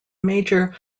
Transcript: major